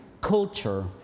culture